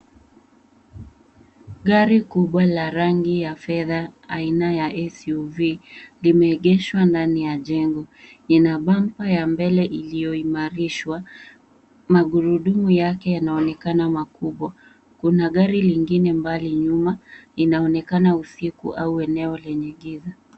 Gari kubwa la rangi ya fedha aina ya SUV limeegeshwa ndani ya jengo. Lina bomba ya mbele iliyoimarishwa, magurudumu yake yanaonekana makubwa. Kuna gari lingine mbali nyuma, inaonekana usiku au eneo lenye giza.